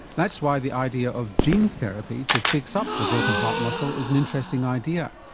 that's why the idea of gene therapy to fix up the broken heart muscle is an interesting idea.